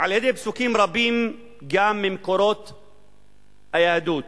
על פסוקים רבים גם ממקורות היהדות,